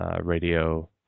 radio